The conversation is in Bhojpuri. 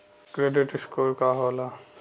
क्रेडीट स्कोर का होला?